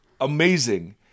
amazing